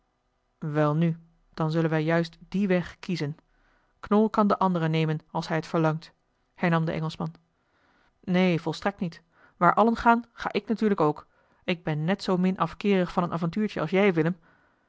welnu dan zullen wij juist dien weg kiezen knol kan den anderen nemen als hij het verlangt hernam de engelschman neen volstrekt niet waar allen gaan ga ik natuurlijk ook ik ben net zoo min afkeerig van een avontuurtje als jij willem